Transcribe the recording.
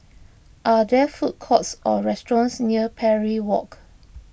are there food courts or restaurants near Parry Walk